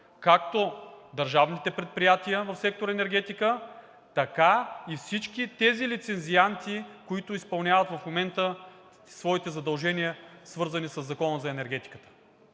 както държавните предприятия в сектор „Енергетика“, така и всички тези лицензианти, които изпълняват в момента своите задължения, свързани със Закона за енергетиката.